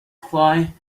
fly